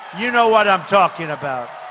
you know what i'm talking about.